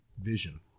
vision